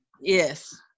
Yes